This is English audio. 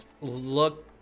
look